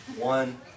one